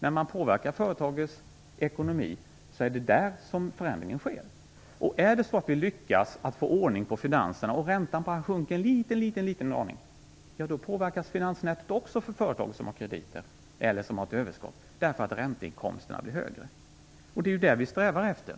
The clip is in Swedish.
När man påverkar företagets ekonomi är det där förändringen sker. Lyckas vi få ordning på finanserna, och räntan sjunker bara en liten aning, påverkas också finansnettot för företag som har krediter eller som har ett överskott, eftersom ränteinkomsterna blir högre. Det är ju det vi strävar efter.